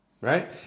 right